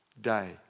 day